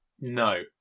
No